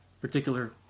particular